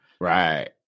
Right